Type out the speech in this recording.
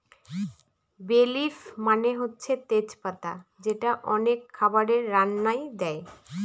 বে লিফ মানে হচ্ছে তেজ পাতা যেটা অনেক খাবারের রান্নায় দেয়